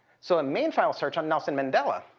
so a main file search on nelson mandela